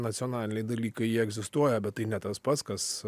nacionaliniai dalykai jie egzistuoja bet tai ne tas pats kas